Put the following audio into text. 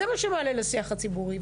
זה מה שמעלה לשיח הציבורי.